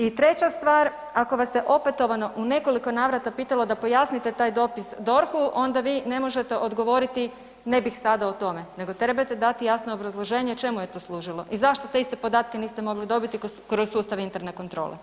I treća stvar ako vas se opetovano u nekoliko navrata pitalo da pojasnite taj dopis DORH-u onda vi ne možete odgovoriti ne bih sada o tome, nego trebate dati jasno obrazloženje čemu je to služilo i zašto te iste podatke niste mogli dobiti kroz sustav interne kontrole.